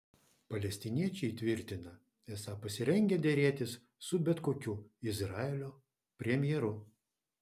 palestiniečiai tvirtina esą pasirengę derėtis su bet kokiu izraelio premjeru